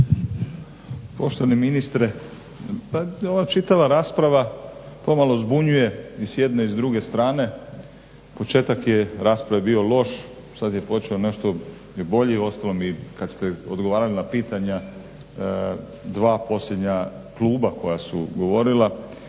Poštovani ministre, pa ova čitava rasprava pomalo zbunjuje i s jedne i s druge strane. Početak je rasprave bio loš, sad je počeo nešto, je bolji, uostalom i kad ste odgovarali na pitanja 2 posljednja kluba koja su govorila